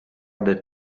that